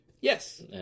Yes